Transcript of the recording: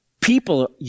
People